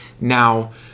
Now